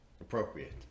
appropriate